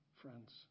friends